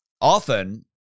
often